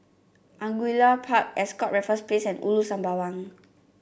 Angullia Park Ascott Raffles Place and Ulu Sembawang